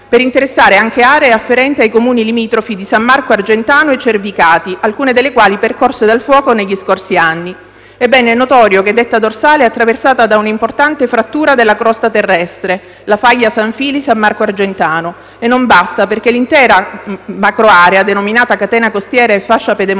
per interessare anche aree afferenti ai Comuni limitrofi di San Marco Argentano e Cervicati, alcune delle quali percorse dal fuoco negli anni scorsi. Ebbene, è notorio che detta dorsale è attraversata da un'importante frattura della crosta terrestre: la faglia San Fili-San Marco Argentano. Non basta, perché l'intera macroarea denominata Catena costiera e fascia pedemontana,